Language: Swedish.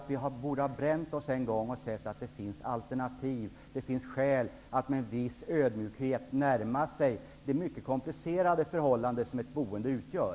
Vi borde ha bränt oss en gång och sett att det finns alternativ. Det finns skäl till att med en viss ödmjukhet närma sig det mycket komplicerade förhållande som ett boende utgör.